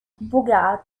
beauregard